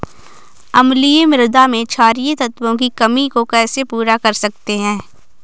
अम्लीय मृदा में क्षारीए तत्वों की कमी को कैसे पूरा कर सकते हैं?